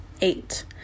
Eight